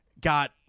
got